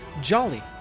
Jolly